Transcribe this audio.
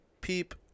peep